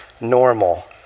normal